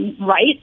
right